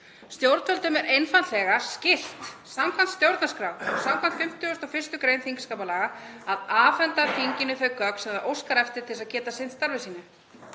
Stjórnvöldum er einfaldlega skylt samkvæmt stjórnarskrá, samkvæmt 51. gr. þingskapalaga, að afhenda þinginu þau gögn sem það óskar eftir til að geta sinnt starfi sínu.